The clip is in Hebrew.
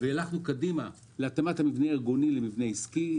והלכנו קדימה להתאמת המבנה הארגוני למבנה עסקי.